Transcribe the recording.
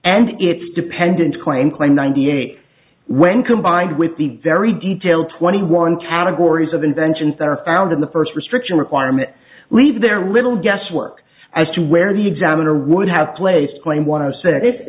and its dependence claim claim ninety eight when combined with the very detailed twenty one categories of inventions that are found in the first restriction requirement leave their little guesswork as to where the examiner would have placed blame w